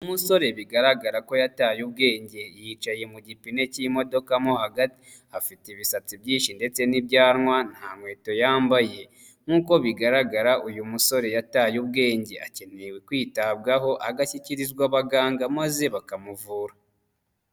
Ni umusore bigaragara ko yataye ubwenge, yicaye mu gipe cy'imodoka mo hagati. Afite ibisatsi byinshi ndetse n'ibyanwa, nta nkweto yambaye. Nk'uko bigaragara, uyu musore yataye ubwenge akeneye kwitabwaho agashyikirizwa abaganga maze bakamuvura.